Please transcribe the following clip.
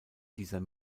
dieser